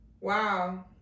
Wow